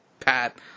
Pat